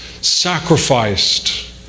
sacrificed